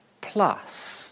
plus